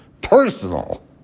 personal